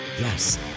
yes